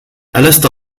ألست